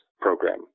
program